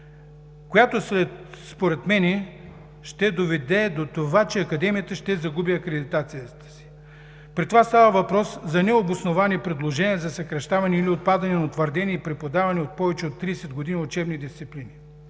която според мен ще доведе до това, че Академията ще загуби акредитацията си. При това става въпрос за необосновани предложения за съкращаване или отпадане на утвърдени и преподавани повече от 30 години учебни дисциплини.